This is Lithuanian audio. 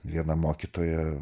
viena mokytoja